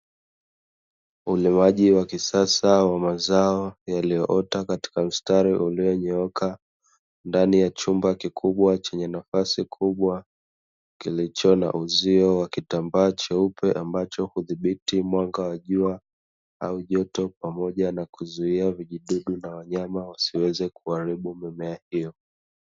Ulimaji wa kisasa wa mazao yaliyoota katika mstari ulionyooka ndani ya chumba kikubwa chenye nafasi kubwa, kilicho na uzio wa kitambaa cheupe ambacho hudhibiti mwanga wa jua, au joto pamoja na kuzuia vijidudu na wanyama wasiweze kuharibu mimea hiyo.